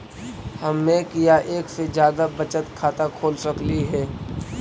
हम एक या एक से जादा बचत खाता खोल सकली हे?